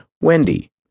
Wendy